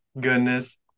goodness